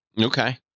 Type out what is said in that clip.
Okay